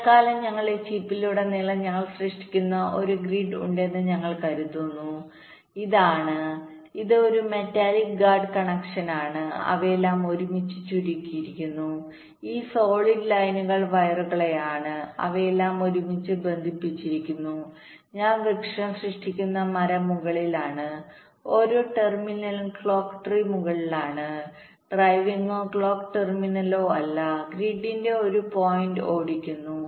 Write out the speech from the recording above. തൽക്കാലം ഞങ്ങളുടെ ചിപ്പിലുടനീളം ഞങ്ങൾ സൃഷ്ടിക്കുന്ന ഒരു ഗ്രിഡ് ഉണ്ടെന്ന് ഞങ്ങൾ കരുതുന്നു ഇതാണ് ഇത് ഒരു മെറ്റാലിക് ഗാർഡ് കണക്ഷനാണ്അവയെല്ലാം ഒരുമിച്ച് ചുരുക്കിയിരിക്കുന്നു ഈ സോളിഡ് ലൈനുകൾ വയറുകളാണ് അവയെല്ലാം ഒരുമിച്ച് ബന്ധിപ്പിച്ചിരിക്കുന്നു ഞാൻ വൃക്ഷം സൃഷ്ടിക്കുന്ന മരം മുകളിലാണ് ഓരോ ടെർമിനലിലും ക്ലോക്ക് ട്രീ മുകളിലാണ് ഡ്രൈവിംഗോ ക്ലോക്ക് ടെർമിനലോ അല്ല ഗ്രിഡിന്റെ ഒരു പോയിന്റ് ഓടിക്കുന്നു